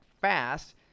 fast